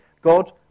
God